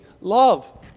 love